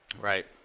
Right